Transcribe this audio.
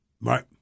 Right